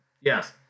Yes